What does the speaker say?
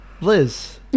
Liz